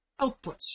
outputs